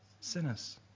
sinners